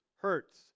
hurts